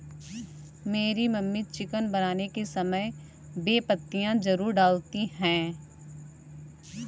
मेरी mummy chicken बनाने के समय बे पत्तियां जरूर डालती हैं